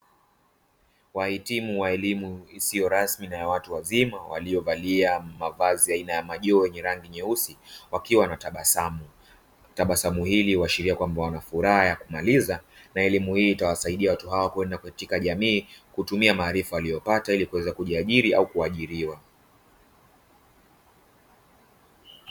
Wahitimu wa elimu isiyo rasmi na ya watu wazima, waliovalia mavazi aina ya majoho yenye rangi nyeusi, wakiwa wanatabasamu. Tabasamu hili huashiria kwamba wana furaha ya kumaliza, na elimu hii itawasaidia watu hawa kwenda katika jamii, kutumia maarifa waliyopata ili kuweza kujiajiri au kuajiriwa.